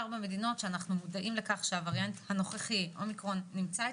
מדינות שהווריאנט אומיקרון נמצא אצלן,